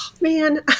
Man